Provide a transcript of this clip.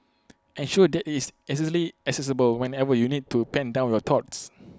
ensure that IT is accessible whenever you need to pen down your thoughts